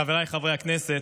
חבריי חברי הכנסת,